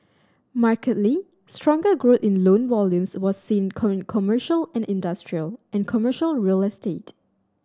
markedly stronger growth in loan volumes was seen commercial and industrial and commercial real estate